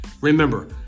Remember